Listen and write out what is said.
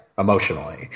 emotionally